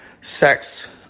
sex